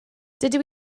dydw